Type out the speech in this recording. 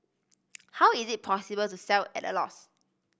how is it possible to sell at a loss